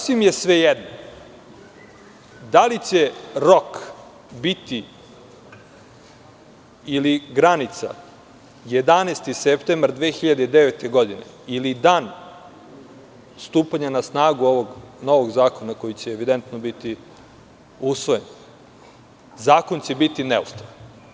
Sasvim je svejedno da li će rok ili granica biti 11. septembar 2009. godine ili dan stupanja na snagu ovog novog zakona koji će evidentno biti usvojen, zakon će biti neustavan.